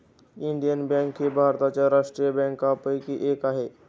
Indian bank ही भारताच्या राष्ट्रीय बँकांपैकी एक आहे